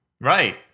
Right